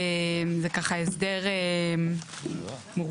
זה ככה הסדר מורכב,